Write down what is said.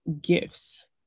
gifts